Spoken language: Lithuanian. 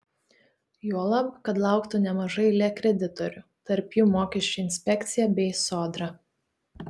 juolab kad lauktų nemaža eilė kreditorių tarp jų mokesčių inspekcija bei sodra